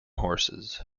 horses